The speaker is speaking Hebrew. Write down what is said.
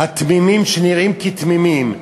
התמימים, שנראים כתמימים,